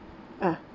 ah